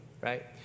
right